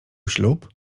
ślub